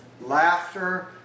laughter